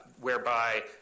whereby –